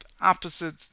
opposite